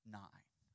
nine